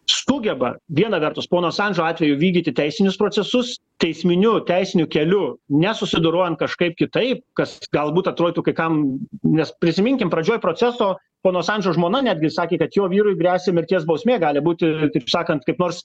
sugeba viena vertus pono asandžo atveju vykdyti teisinius procesus teisminiu teisiniu keliu nesusidorojant kažkaip kitaip kas galbūt atrodytų kai kam nes prisiminkim pradžioj proceso pono asandžo žmona netgi sakė kad jo vyrui gresia mirties bausmė gali būti taip sakant kaip nors